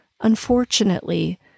Unfortunately